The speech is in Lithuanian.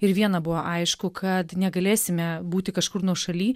ir viena buvo aišku kad negalėsime būti kažkur nuošaly